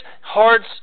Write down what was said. hearts